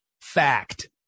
fact